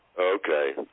Okay